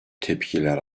tepkiler